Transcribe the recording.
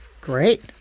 Great